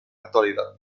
actualidad